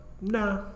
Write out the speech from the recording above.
nah